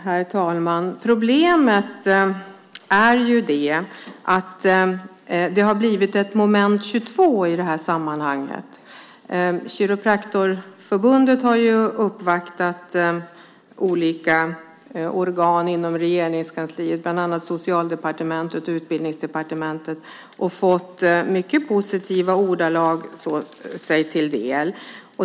Herr talman! Problemet är att det har blivit ett moment 22 i det här sammanhanget. Kiropraktorförbundet har uppvaktat olika organ inom Regeringskansliet, bland annat Socialdepartementet och Utbildningsdepartementet, och fått sig mycket positiva ordalag till del.